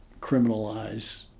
criminalize